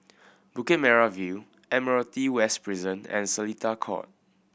Bukit Merah View Admiralty West Prison and Seletar Court